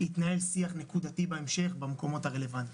התנהל שיח נקודתי בהמשך במקומות הרלבנטיים.